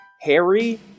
Harry